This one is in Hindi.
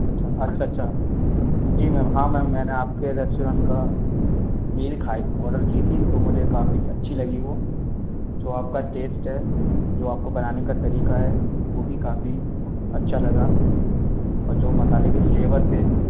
अच्छा अच्छा अच्छा जी मैम हाँ मैम मैंने आपके रेस्टोरेंट का मील खाई ऑर्डर की थी तो मुझे काफ़ी अच्छी लगी वह जो आपका टेस्ट है जो आपको बनाने का तरीका है वह भी काफी अच्छा लगा जो मसाले के फ्लेवर थे